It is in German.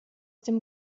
dem